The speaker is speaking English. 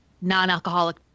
non-alcoholic